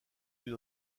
une